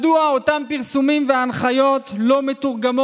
מדוע אותם פרסומים והנחיות לא מתורגמים